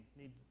need